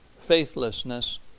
faithlessness